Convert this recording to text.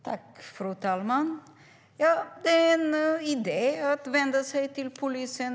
Fru talman! Det är en idé att vända sig till polisen.